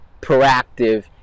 proactive